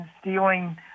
stealing